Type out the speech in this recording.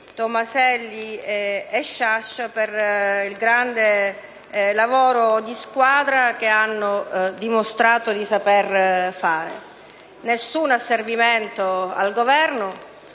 Tomaselli e Sciascia, per il grande lavoro di squadra che hanno dimostrato di sapere svolgere. Nessun asservimento al Governo: